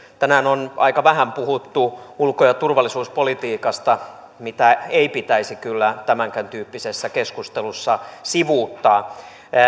tänään on aika vähän puhuttu ulko ja turvallisuuspolitiikasta mitä ei pitäisi kyllä tämänkääntyyppisessä keskustelussa sivuuttaa